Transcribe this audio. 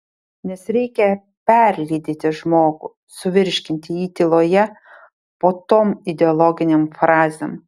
nes reikia perlydyti žmogų suvirškinti jį tyloje po tom ideologinėm frazėm